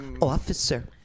Officer